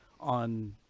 on